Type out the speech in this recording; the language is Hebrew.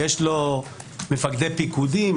יש לו מפקדי פיקודים,